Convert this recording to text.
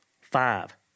five